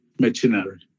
machinery